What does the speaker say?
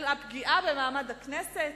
על הפגיעה במעמד הכנסת?